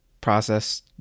process